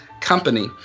company